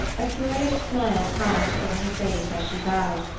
a curious smile passed over her face as she bowed,